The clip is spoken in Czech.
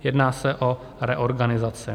Jedná se o reorganizace.